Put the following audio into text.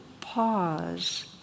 pause